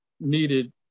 needed